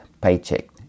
paycheck